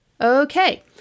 Okay